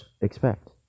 expect